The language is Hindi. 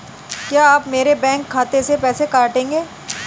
क्या आप मेरे बैंक खाते से पैसे काटेंगे?